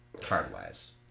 card-wise